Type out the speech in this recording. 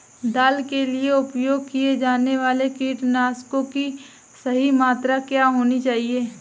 दाल के लिए उपयोग किए जाने वाले कीटनाशकों की सही मात्रा क्या होनी चाहिए?